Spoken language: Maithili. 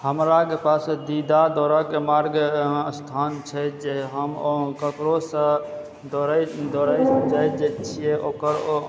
हमरा पसंदीदा दौड़य के मार्ग स्थान छै जे हम ककरो सॅं दौड़ैत दौड़ैत जाय छियै ओकर ओ